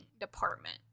department